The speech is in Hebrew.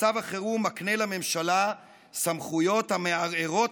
מצב החירום מקנה לממשלה סמכויות המערערות